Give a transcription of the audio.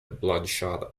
bloodshot